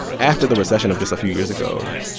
after the recession of just a few years ago,